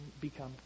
become